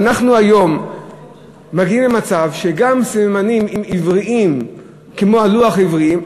ואנחנו היום מגיעים למצב שגם סממנים עבריים כמו הלוח העברי,